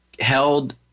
held